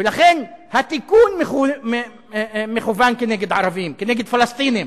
ולכן, התיקון מכוון כנגד ערבים, כנגד פלסטינים.